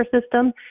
system